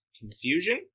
confusion